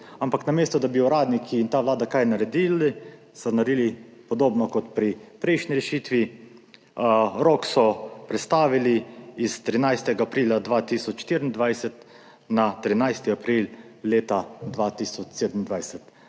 Namesto da bi uradniki in ta vlada kaj naredili, so naredili podobno, kot pri prejšnji rešitvi – rok so prestavili s 13. aprila 2024 na 13. april leta 2027.